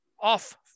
off